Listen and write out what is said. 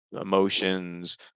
emotions